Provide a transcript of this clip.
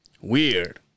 Weird